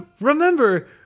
remember